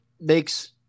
makes